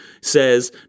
says